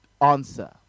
answer